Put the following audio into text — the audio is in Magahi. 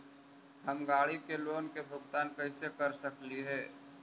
हम गाड़ी के लोन के भुगतान कैसे कर सकली हे?